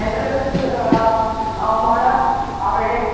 address मोडाय आवेंडे